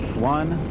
one,